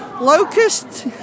locusts